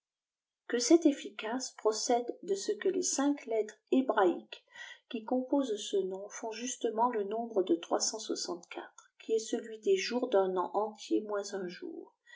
que cette efficace procède de ce que les cinq lettres hébraïques qui composent ce nom font justement le nombre de trois cent soixante-quatre qui est celui des jours d'un an entier moins un jour